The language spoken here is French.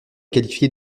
qualifié